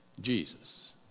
Jesus